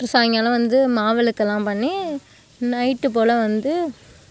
அப்புறோ சாயங்காலம் வந்து மாவிளக்கெல்லாம் பண்ணி நைட்டு போல் வந்து